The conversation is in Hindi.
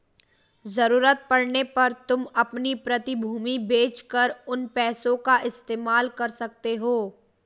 ज़रूरत पड़ने पर तुम अपनी प्रतिभूति बेच कर उन पैसों का इस्तेमाल कर सकते हो